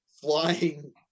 Flying